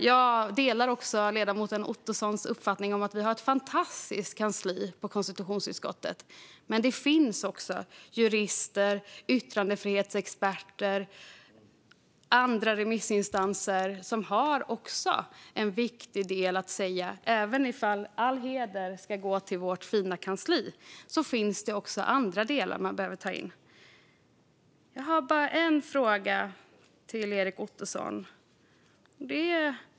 Jag delar också ledamoten Ottosons uppfattning att vi har ett fantastiskt kansli på konstitutionsutskottet, men det finns också jurister, yttrandefrihetsexperter och andra remissinstanser som har viktiga saker att säga. Även om all heder ska gå till vårt fina kansli finns också andra delar som behöver tas in. Jag har ett par frågor till Erik Ottoson.